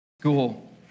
school